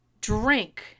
drink